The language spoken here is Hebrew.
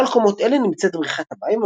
מעל קומות אלה נמצאת בריכת המים,